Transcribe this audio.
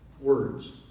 Words